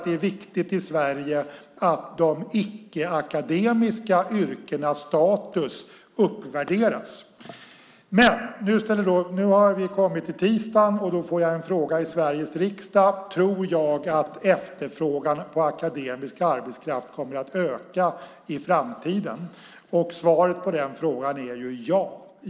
Det är viktigt i Sverige att de icke-akademiska yrkenas status uppvärderas. Nu har vi kommit till tisdagen. Jag får frågan i Sveriges riksdag: Tror jag att efterfrågan på akademisk arbetskraft kommer att öka i framtiden? Svaret på den frågan är ja.